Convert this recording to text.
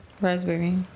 Raspberry